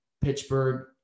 Pittsburgh